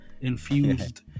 infused